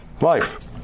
life